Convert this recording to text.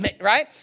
Right